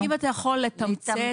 אם אתה יכול לתמצת.